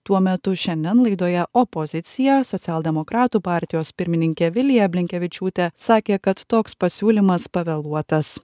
tuo metu šiandien laidoje opozicija socialdemokratų partijos pirmininkė vilija blinkevičiūtė sakė kad toks pasiūlymas pavėluotas